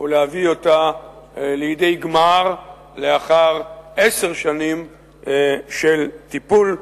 ולהביא אותה לידי גמר לאחר עשר שנים של טיפול.